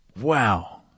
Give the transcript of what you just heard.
Wow